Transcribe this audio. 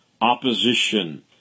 opposition